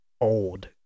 old